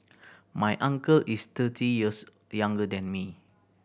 my uncle is thirty years younger than me